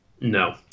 No